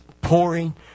pouring